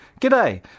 G'day